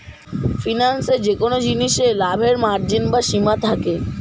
ফিন্যান্সে যেকোন জিনিসে লাভের মার্জিন বা সীমা থাকে